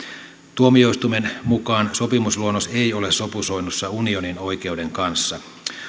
tuomioistuimen mukaan sopimusluonnos ei ole sopusoinnussa unionin oikeuden kanssa